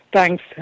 Thanks